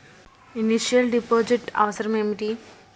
Initial deposit అవసరం ఏమిటి?